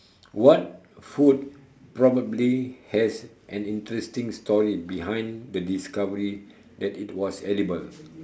what food probably has an interesting story behind the discovery that it was edible